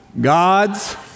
God's